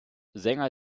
sänger